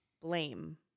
blame